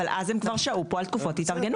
אבל אז הם כבר שהו כאן על תקופות התארגנות.